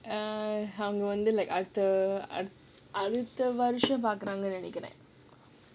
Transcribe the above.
err I wonder like அடுத்த அடுத்த வருஷம் பாக்குறாங்கனு நினைக்கிறேன்:adutha adutha varusham paakkuraanganu ninaikkiraen